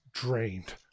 drained